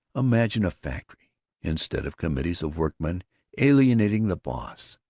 imagine a factory instead of committees of workmen alienating the boss,